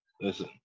listen